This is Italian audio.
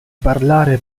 parlare